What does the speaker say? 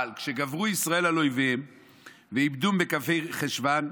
אבל כשגברו ישראל על אויביהם ואיבדום, בכ"ה בכסלו,